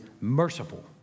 merciful